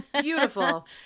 Beautiful